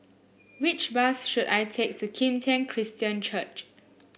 which bus should I take to Kim Tian Christian Church